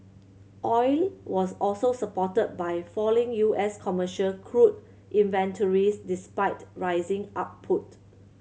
oil was also supported by falling U S commercial crude inventories despite rising output